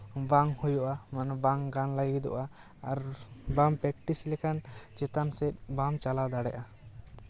ᱵᱟᱝ ᱦᱩᱭᱩᱜᱼᱟ ᱢᱟᱱᱮ ᱵᱟᱝ ᱜᱟᱱ ᱞᱟᱹᱜᱤᱫᱚᱜᱼᱟ ᱟᱨ ᱵᱟᱝ ᱯᱨᱮᱠᱴᱤᱥ ᱞᱮᱠᱷᱟᱱ ᱪᱮᱛᱟᱱ ᱥᱮᱫ ᱵᱟᱢ ᱪᱟᱞᱟᱣ ᱫᱟᱲᱮᱭᱟᱜᱼᱟ